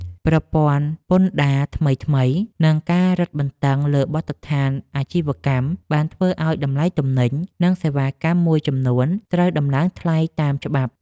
ប្រព័ន្ធពន្ធដារថ្មីៗនិងការរឹតបន្តឹងលើបទដ្ឋានអាជីវកម្ម បានធ្វើឱ្យតម្លៃទំនិញនិងសេវាកម្មមួយចំនួនត្រូវដំឡើងថ្លៃតាមច្បាប់។